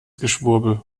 geschwurbel